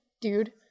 dude